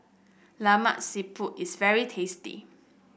Lemak Siput is very tasty